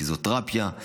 פיזיותרפיה,